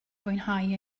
fwynhau